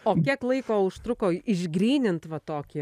o kiek laiko užtruko išgrynint va tokį